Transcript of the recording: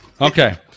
Okay